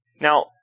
Now